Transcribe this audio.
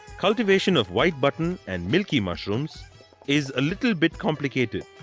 cultivation of white button and milky mushrooms is little bit complicated.